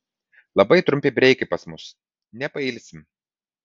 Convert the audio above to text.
labai trumpi breikai pas mus nepailsim